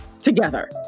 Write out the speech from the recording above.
together